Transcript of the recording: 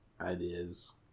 ideas